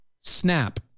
Snap